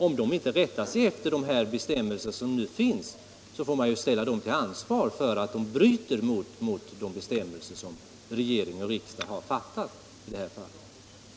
Om de inte rättar sig efter de bestämmelser som nu finns, får man ställa officerarna till ansvar för att de bryter mot dessa bestämmelser som regering och riksdag har beslutat.